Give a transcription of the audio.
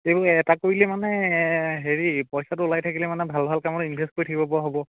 এইবোৰ এটা কৰিলে মানে হেৰি পইচাটো ওলাই থাকিলে মানে ভাল ভাল কামত ইনভেষ্ট কৰি থাকিবপৰা হ'ব